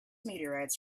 meteorites